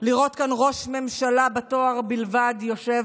לראות כאן ראש ממשלה בתואר בלבד יושב